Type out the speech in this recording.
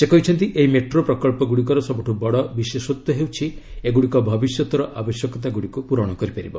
ସେ କହିଛନ୍ତି ଏହି ମେଟ୍ରୋ ପ୍ରକଳ୍ପଗୁଡ଼ିକର ସବୁଠୁ ବଡ଼ ବିଶେଷତ୍ୱ ହେଉଛି ଏଗୁଡ଼ିକ ଭବିଷ୍ୟତର ଆବଶ୍ୟକତାଗୁଡ଼ିକୁ ପୂରଣ କରିପାରିବ